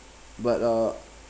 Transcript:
but uh